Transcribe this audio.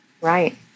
Right